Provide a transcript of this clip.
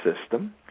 system